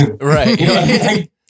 Right